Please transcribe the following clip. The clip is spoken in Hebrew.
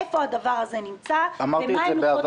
איפה הדבר הזה נמצא ומה הם לוחות הזמנים?